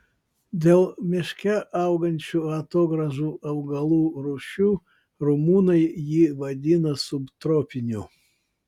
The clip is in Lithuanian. dėl miške augančių atogrąžų augalų rūšių rumunai jį vadina subtropiniu